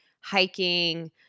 hiking